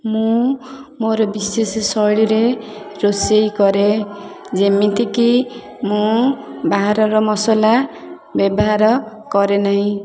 ମୁଁ ମୋର ବିଶେଷ ଶୈଳୀରେ ରୋଷେଇ କରେ ଯେମିତିକି ମୁଁ ବାହାରର ମସଲା ବ୍ୟବହାର କରେନାହିଁ